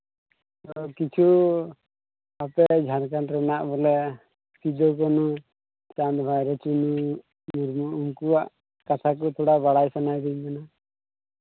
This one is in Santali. ᱚ ᱠᱤᱪᱷᱩ ᱟᱯᱮ ᱡᱷᱟᱲᱠᱷᱚᱸᱰ ᱨᱮᱱᱟᱜ ᱵᱚᱞᱮ ᱥᱤᱫᱩ ᱠᱟᱹᱱᱩ ᱪᱟᱸᱫᱽ ᱵᱷᱟᱭᱨᱳ ᱪᱩᱱᱩ ᱢᱩᱨᱢᱩ ᱩᱱᱠᱩᱣᱟᱜ ᱠᱟᱛᱷᱟ ᱠᱚ ᱛᱷᱚᱲᱟ ᱵᱟᱲᱟᱭ ᱥᱟᱱᱟᱭᱤᱫᱤᱧ ᱠᱟᱱᱟ